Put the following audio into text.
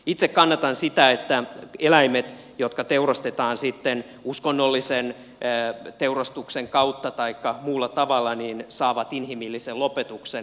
itse kannatan sitä että eläimet teurastetaan ne sitten uskonnollisen teurastuksen kautta taikka muulla tavalla saavat inhimillisen lopetuksen